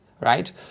right